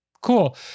Cool